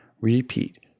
repeat